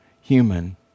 human